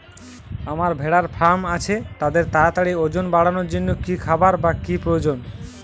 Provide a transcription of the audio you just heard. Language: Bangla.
আমার ভেড়ার ফার্ম আছে তাদের তাড়াতাড়ি ওজন বাড়ানোর জন্য কী খাবার বা কী প্রয়োজন?